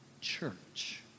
Church